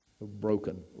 Broken